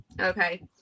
Okay